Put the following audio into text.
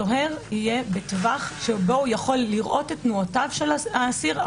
שהסוהר יהיה בטווח שבו הוא יכול לראות את תנועותיו של האסיר,